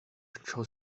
control